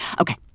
Okay